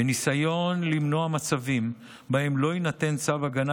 בניסיון למנוע מצבים שבהם לא יינתן צו הגנה